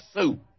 soup